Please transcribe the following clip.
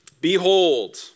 behold